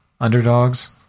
underdogs